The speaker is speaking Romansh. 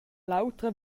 l’autra